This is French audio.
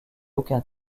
aucun